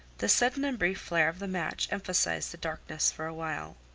the sudden and brief flare of the match emphasized the darkness for a while.